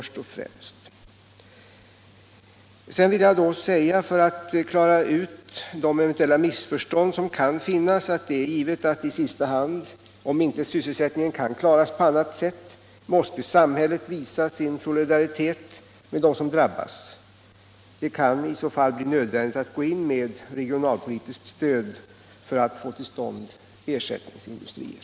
Sedan vill jag, för att klara ut de eventuella missförstånd som kan råda, säga att det är givet att i sista hand — om inte sysselsättningen kan klaras på annat sätt — måste samhället visa sin solidaritet med dem som drabbas. Det kan i så fall bli nödvändigt att gå in med regionalpolitiskt stöd för att få till stånd ersättningsindustrier.